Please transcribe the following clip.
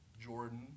Jordan